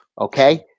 okay